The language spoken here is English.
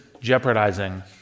jeopardizing